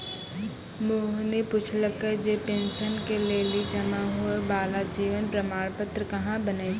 मोहिनी पुछलकै जे पेंशन के लेली जमा होय बाला जीवन प्रमाण पत्र कहाँ बनै छै?